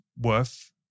worth